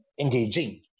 engaging